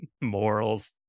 morals